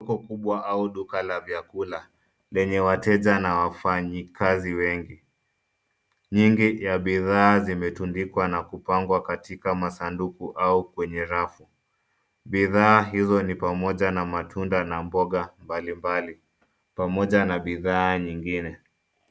Soko kubwa au duka la vyakula, lenye wateja na wafanyikazi wengi. Nyingi ya bidhaa zimetundikwa na kupangwa katika masanduku au kwenye rafu. Bidhaa hizo ni pamoja na matunda na mboga mbalimbali, pamoja na bidhaa nyingine.